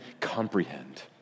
comprehend